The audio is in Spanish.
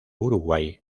uruguay